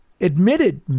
admitted